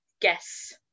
guess